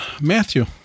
Matthew